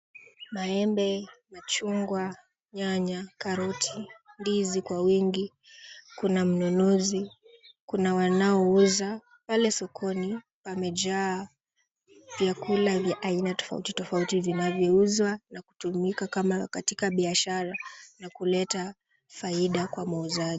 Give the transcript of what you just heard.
Maembe, chungwa, nyanya, karoti, ndizi kwa wingi, kuna mnunuzi kuna wanao uza pale sokoni pamejaa vyakula vya aina tofauti tofauti vinavyo uzwa na kutumika kama katika biashara na kuleta faida kwa muuzaji.